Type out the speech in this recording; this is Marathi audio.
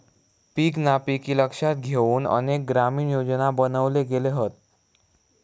पीक नापिकी लक्षात घेउन अनेक ग्रामीण योजना बनवले गेले हत